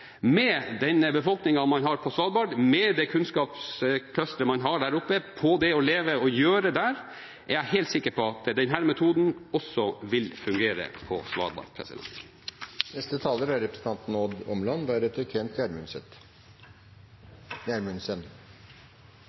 Med den befolkningen man har på Svalbard, med det kunnskapsclusteret man har der med tanke på det å leve og virke der, er jeg helt sikker på at denne metoden også vil fungere på Svalbard. Det er viktig å understreke at Stortinget gjennom behandlingen av denne meldingen er